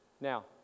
now